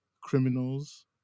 criminals